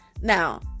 now